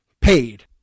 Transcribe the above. paid